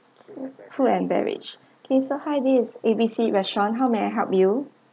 food and beverage okay so hi this A_B_C restaurant how may I help you